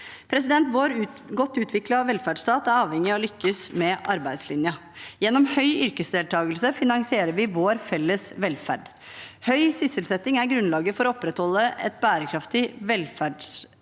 samfunnet. Vår godt utviklede velferdsstat er avhengig av å lykkes med arbeidslinjen. Gjennom høy yrkesdeltakelse finansierer vi vår felles velferd. Høy sysselsetting er grunnlaget for å opprettholde et bærekraftig velferdssamfunn,